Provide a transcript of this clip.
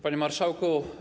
Panie Marszałku!